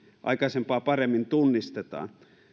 aikaisempaa paremmin tunnistetaan